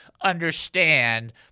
understand